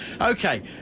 Okay